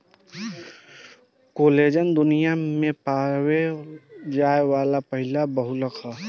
collagen दुनिया में पावल जाये वाला पहिला बहुलक ह